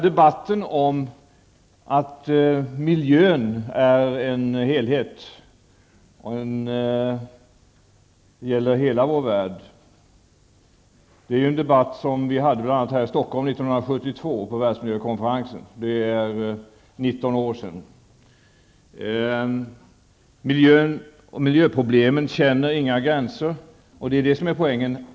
Debatten om att miljön är en helhet och att den gäller hela vår värld fördes bl.a. redan 1972 på världsmiljökonferensen här i Stockholm. Det är 19 år sedan. Miljön och miljöproblemen känner inga gränser, och det är det som är poängen.